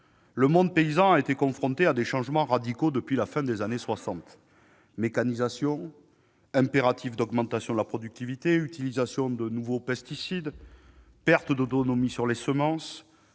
Le monde paysan a été confronté à des changements radicaux depuis la fin des années 1960 : mécanisation, impératifs d'augmentation de la productivité, utilisation de nouveaux pesticides, perte d'autonomie sur les semences,